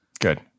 Good